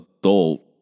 adult